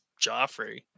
Joffrey